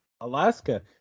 Alaska